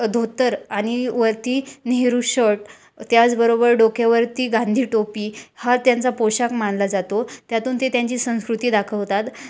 धोतर आणि वरती नेहरू शट त्याचबरोबर डोक्यावरती गांधी टोपी हा त्यांचा पोषाख मानला जातो त्यातून ते त्यांची संस्कृती दाखवतात